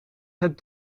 het